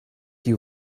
you